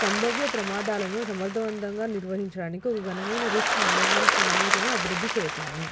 సంభవ్య ప్రమాదాలను సమర్థవంతంగా నిర్వహించడానికి ఒక ఘనమైన రిస్క్ మేనేజ్మెంట్ ప్రణాళికను అభివృద్ధి చేశాను